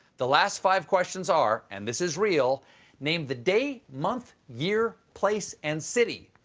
the last five questions are, and this is real name the day, month, year, place, and city.